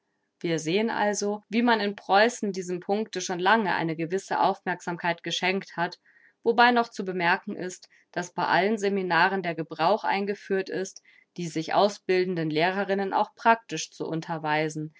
wir sehen also wie man in preußen diesem puncte schon lange eine gewisse aufmerksamkeit geschenkt hat wobei noch zu bemerken ist daß bei allen seminaren der gebrauch eingeführt ist die sich ausbildenden lehrerinnen auch practisch zu unterweisen